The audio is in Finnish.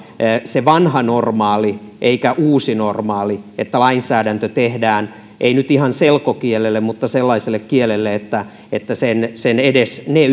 se vanha normaali eikä uusi normaali että lainsäädäntö tehdään ei nyt ihan selkokielelle mutta sellaiselle kielelle että että sen sen edes ne